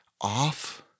off